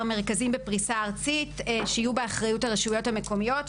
מרכזים בפריסה ארצית שיהיו באחריות הרשויות המקומיות,